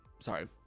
Sorry